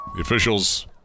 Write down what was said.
officials